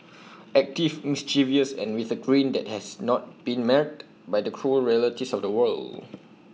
active mischievous and with A grin that has not been marred by the cruel realities of the world